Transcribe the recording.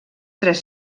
tres